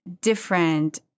different